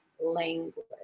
language